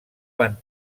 van